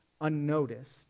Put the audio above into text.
unnoticed